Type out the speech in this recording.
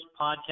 podcast